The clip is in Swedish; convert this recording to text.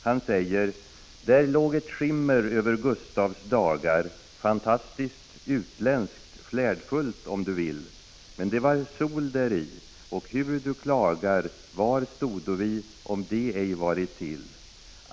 Han säger: ”Där låg ett skimmer över Gustavs dagar, fantastiskt, utländskt, flärdfullt, om du vill, men det var sol däri, och hur du klagar, var stodo vi, om de ej varit till?